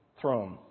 throne